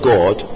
God